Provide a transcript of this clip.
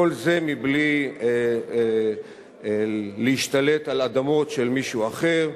כל זה מבלי להשתלט על אדמות של מישהו אחר,